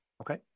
Okay